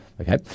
Okay